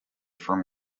from